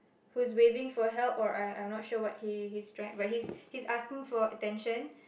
who's waving for help or I I'm not sure what he he's trying but he's asking for attention